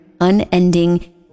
unending